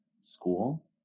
school